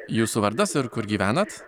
jūsų vardas ir kur gyvenat